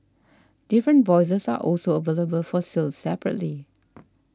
different voices are also available for sale separately